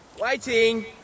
Waiting